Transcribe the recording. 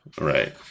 Right